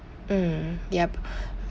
mm yup